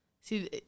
See